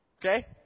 Okay